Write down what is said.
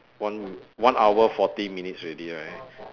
one one hour forty minutes already right